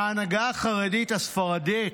ההנהגה החרדית הספרדית,